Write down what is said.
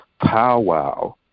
powwow